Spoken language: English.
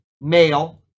male